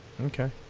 Okay